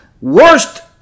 worst